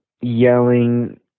yelling